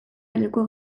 helduko